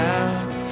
out